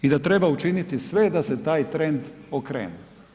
I da treba učiniti sve da se taj trend okrene.